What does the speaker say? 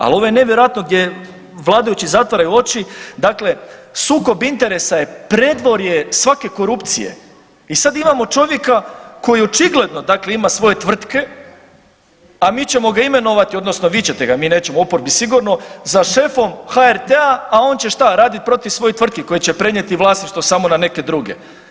Al ovo je nevjerojatno gdje vladajući zatvaraju oči, dakle, sukob interesa je predvorje svake korupcije i sad imamo čovjeka koji očigledno dakle ima svoje tvrtke, a mi ćemo ga imenovati, odnosno vi ćete ga, mi nećemo u oporbi sigurno, za šefom HRT-a, a on će šta, radit protiv svojih tvrtki koje će prenijeti vlasništvo samo na neke druge.